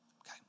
Okay